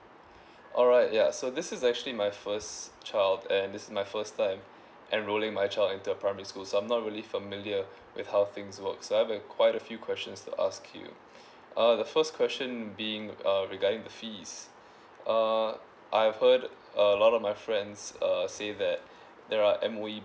alright yeah so this is actually my first child and this is my first time enrolling my child into a primary school so I'm not really familiar with how things work so I have quite a few questions to ask you uh the first question being uh regarding the fees uh I've heard a lot of my friends err say that there are M_O_E